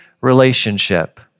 relationship